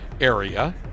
Area